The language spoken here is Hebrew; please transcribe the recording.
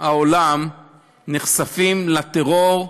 העולם נחשפות לטרור בעוצמה,